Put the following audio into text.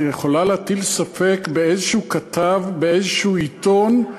את יכולה להטיל ספק בכתב כלשהו באיזה עיתון,